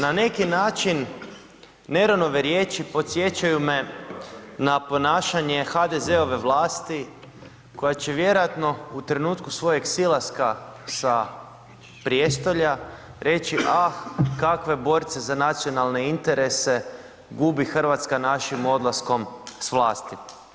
Na neki način, Neronove riječi podsjećaju me na ponašanje HDZ-ove vlasti koja će vjerojatno u trenutku svojeg silaska sa prijestolja, ah kakve borce za nacionalne interese gubi Hrvatska našim odlaskom s vlasti.